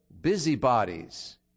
busybodies